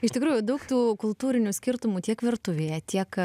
iš tikrųjų daug tų kultūrinių skirtumų tiek virtuvėje tiek